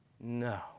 No